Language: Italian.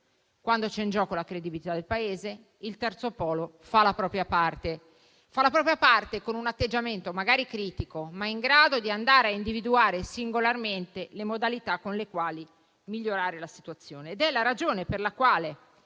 Quando c'è in gioco la credibilità del Paese, il Terzo polo fa la propria parte. Fa la propria parte con un atteggiamento magari critico, ma in grado di andare a individuare singolarmente le modalità con le quali migliorare la situazione. È questa la ragione per la quale